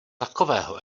takového